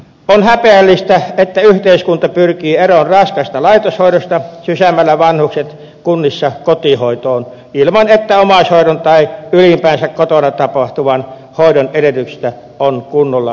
on häpeällistä että yhteiskunta pyrkii eroon raskaasta laitoshoidosta sysäämällä vanhukset kunnissa kotihoitoon ilman että omaishoidon tai ylipäänsä kotona tapahtuvan hoidon edellytyksistä on kunnolla huolehdittu